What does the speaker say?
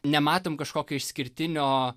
nematom kažkokio išskirtinio